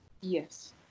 yes